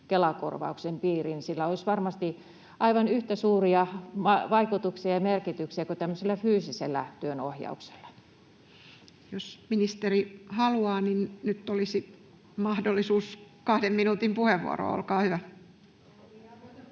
Kela-korvauksen piiriin? Sillä olisi varmasti aivan yhtä suuria vaikutuksia ja merkityksiä kuin tämmöisellä fyysisellä työnohjauksella. Jos ministeri haluaa, niin nyt olisi mahdollisuus 2 minuutin puheenvuoroon. Olkaa hyvä.